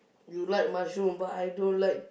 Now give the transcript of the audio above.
you like mushroom but I don't like